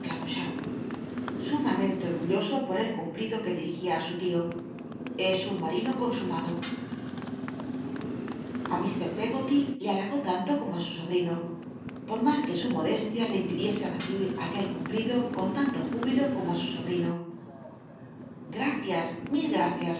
mamente orgulloso por el cumplido que dirigia ü su tio es un marino consumado a illr peggoty le halagó tanto como ít su sobrino por mas que su modestia le impidiese recibil aquel cumplido con tanto júbilo como ú su sobrino gracias mil gracias